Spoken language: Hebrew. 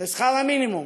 לשכר המינימום,